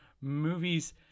movies –